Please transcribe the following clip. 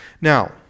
now